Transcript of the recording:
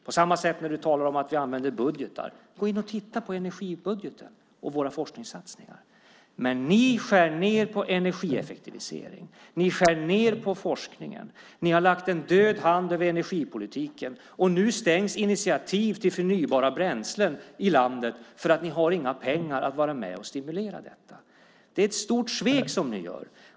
På samma sätt när du talar om hur vi använder budgetar: Gå in och titta på energibudgeten och våra forskningssatsningar! Ni skär ned på energieffektivisering. Ni skär ned på forskningen. Ni har lagt en död hand över energipolitiken, och nu stängs initiativ till förnybara bränslen i landet därför att ni inte har några pengar till att vara med och stimulera detta. Det är ett stort svek som ni gör.